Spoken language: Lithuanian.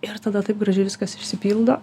ir tada taip gražiai viskas išsipildo